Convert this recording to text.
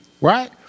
right